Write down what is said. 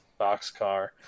Boxcar